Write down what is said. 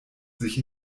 sich